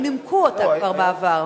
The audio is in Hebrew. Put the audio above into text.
שנימקו אותה כבר בעבר.